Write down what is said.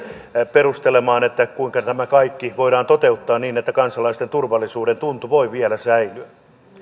perustelemaan kuinka tämä kaikki voidaan toteuttaa niin että kansalaisten turvallisuudentunne voi vielä säilyä